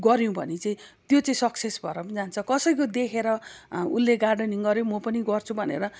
गऱ्यौँ भने चाहिँ त्यो चाहिँ सक्सेस भएर पनि जान्छ कसैको देखेर उसले गार्डनिङ गऱ्यो म पनि गर्छु भनेर